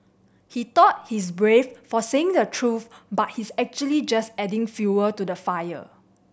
he thought he's brave for saying the truth but he's actually just adding fuel to the fire